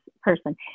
person